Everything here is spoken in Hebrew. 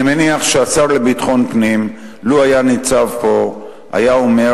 אני מניח שהשר לביטחון פנים, לו ניצב פה, היה אומר